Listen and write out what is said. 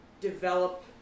develop